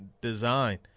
design